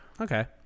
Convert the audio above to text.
Okay